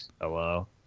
Hello